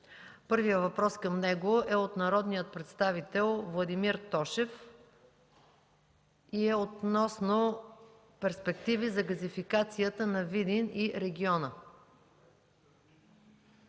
Първият въпрос към него е от народния представител Владимир Тошев и е относно перспективи за газификацията на Видин и региона.